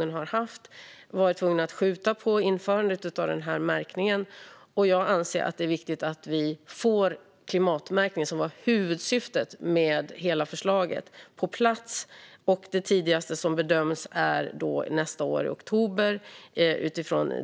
de har haft varit tvungna att skjuta på införandet av märkningen. Jag anser att det är viktigt att vi får en klimatmärkning på plats, vilket var huvudsyftet med hela förslaget. Utifrån drivmedelsproducenternas svar bedöms den vara på plats tidigast i oktober nästa år.